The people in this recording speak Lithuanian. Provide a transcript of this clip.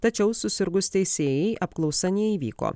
tačiau susirgus teisėjai apklausa neįvyko